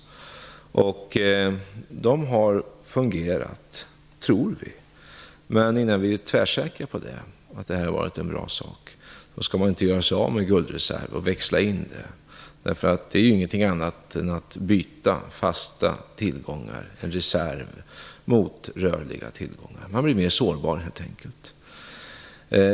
De har fungerat, tror vi. Men innan vi är tvärsäkra på att det har gett bra resultat skall vi inte växla in guldreserven. Det är inte något annat än att byta en reserv, en fast tillgång, mot rörliga tillgångar. Man blir då helt enkelt mer sårbar.